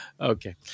Okay